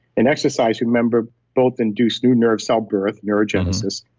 and exercise, remember both induced new nerve cell birth, neurogenesis,